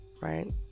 right